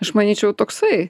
aš manyčiau toksai